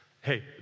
hey